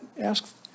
ask